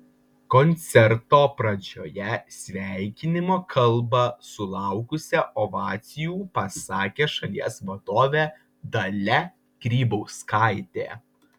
koncerto pradžioje sveikinimo kalbą sulaukusią ovacijų pasakė šalies vadovė dalia grybauskaitė